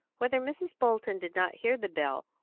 whether mrs. bolton did not hear the bell,